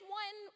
one